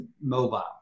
mobile